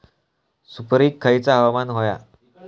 सुपरिक खयचा हवामान होया?